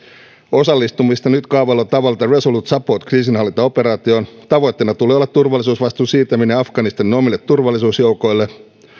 osallistumista nyt kaavaillulla tavalla tähän resolute support kriisinhallintaoperaatioon tavoitteena tulee olla turvallisuusvastuun siirtäminen afganistanin omille turvallisuusjoukoille